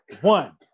one